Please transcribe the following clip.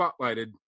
spotlighted